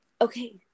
okay